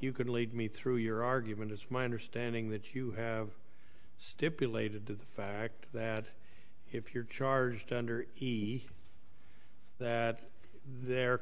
you could lead me through your argument is my understanding that you stipulated to the fact that if you're charged under he that there